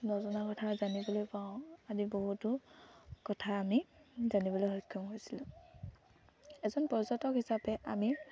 নজনা কথা জানিবলৈ পাওঁ আদি বহুতো কথা আমি জানিবলৈ সক্ষম হৈছিলোঁ এজন পৰ্যটক হিচাপে আমি